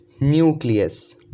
Nucleus